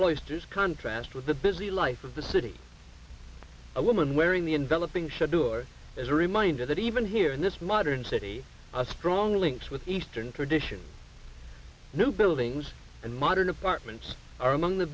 does contrast with the busy life of the city a woman wearing the enveloping shut door as a reminder that even here in this modern city a strong links with eastern traditions new buildings and modern apartments are among the